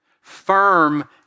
Firm